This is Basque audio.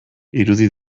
irudi